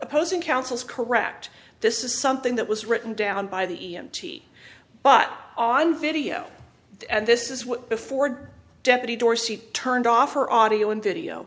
opposing counsel is correct this is something that was written down by the e m t but on video and this is what before deputy dorsey turned off her audio and video